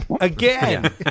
again